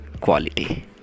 quality